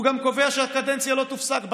הוא גם קובע שהקדנציה לא תופסק באמצע: